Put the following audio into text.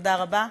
תודה רבה.